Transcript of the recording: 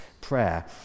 prayer